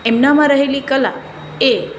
એમનામાં રહેલી કલા એ